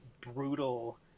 brutal